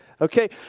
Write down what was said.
Okay